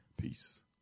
Peace